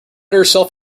herself